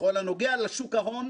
בכל הנוגע לשוק ההון,